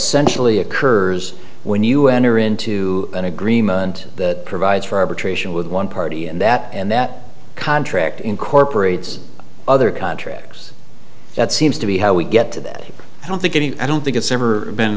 essentially occurs when you enter into an agreement that provides for arbitration with one party and that and that contract incorporates other contracts that seems to be how we get to that i don't think any i don't think it's ever been